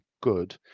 good